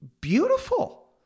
beautiful